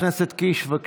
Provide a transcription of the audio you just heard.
חבר הכנסת קיש, בבקשה.